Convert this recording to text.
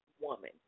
woman